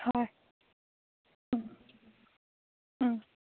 হয় ওম